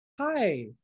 Hi